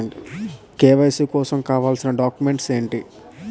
KYC కోసం కావాల్సిన documents ఎంటి?